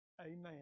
Amen